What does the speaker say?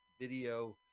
video